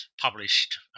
published